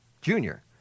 Junior